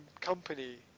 company